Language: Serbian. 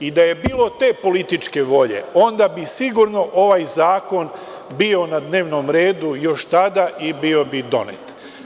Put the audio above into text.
I da je bilo te političke volje, onda bi sigurno ovaj zakon bio na dnevnom redu još tada i bio bi donet.